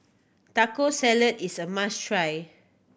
Taco Salad is a must try